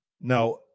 Now